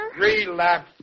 Relax